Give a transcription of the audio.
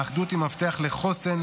האחדות היא המפתח לחוסן,